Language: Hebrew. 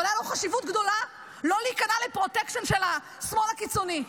אבל הייתה לו חשיבות גדולה לא להיכנע לפרוטקשן של השמאל הקיצוני.